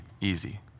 easy